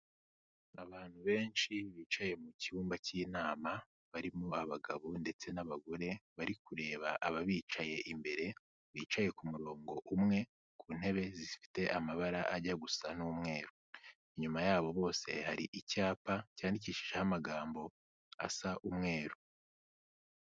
Abantu benshi bicaye mu cyumba cy'inama, barimo abagabo ndetse n'abagore, bari kureba ababicaye imbere, bicaye ku murongo umwe, ku ntebe zifite amabara ajya gusa n'umweru. Inyuma yabo bose hari icyapa, cyandikishijeho amagambo asa umweru.